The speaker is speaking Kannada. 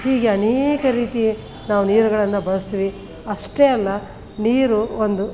ಹೀಗೆ ಅನೇಕ ರೀತಿ ನಾವು ನೀರುಗಳನ್ನು ಬಳಸ್ತೀವಿ ಅಷ್ಟೇ ಅಲ್ಲ ನೀರು ಒಂದು